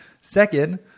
Second